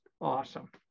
awesome